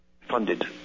funded